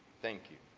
thank you.